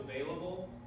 available